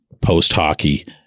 post-hockey